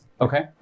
Okay